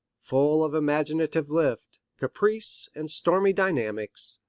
full of imaginative lift, caprice and stormy dynamics,